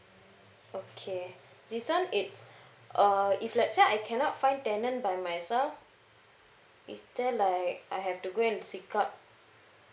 okay this one it's uh if let's say I cannot find tenant by myself is there like I have to go and seek out